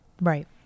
Right